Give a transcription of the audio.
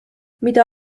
mida